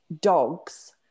dogs